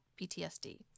PTSD